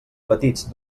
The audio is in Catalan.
petits